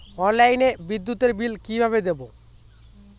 অনলাইনে বিদ্যুতের বিল কিভাবে দেব?